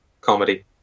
Comedy